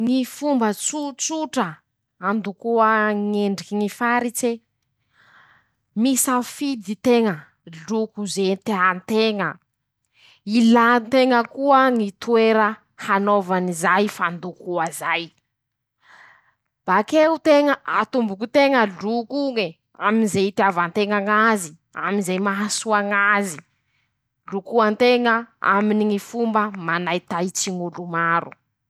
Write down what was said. Ñy fomba tsotrotsa, handokoa ñy endriky ny faritse: -Misafidy teña loko ze tea nteña, ilàn-teña koa ñy toera hanaov'izay fandokoa zay. Bakeo teña atomboky nteña loko'oñe, aminy ze itiava nteña ñazy, am'ize mahasoa ñazy, lokoanteña aminy Ñy fomba manaitaitsy ñ'olo maro.